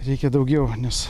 reikia daugiau nes